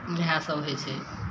इहए सभ हइ छै